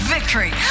Victory